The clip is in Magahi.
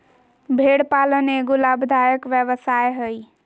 भेड़ पालन एगो लाभदायक व्यवसाय हइ